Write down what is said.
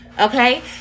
Okay